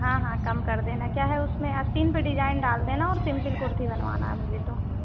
हाँ हाँ कम कर देना क्या है उसमें आस्तीन पर डिजाइन डाल देना और सिम्पिल कुर्ती बनवाना है मुझे तो